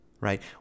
Right